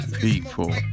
people